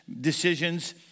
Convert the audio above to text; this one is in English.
decisions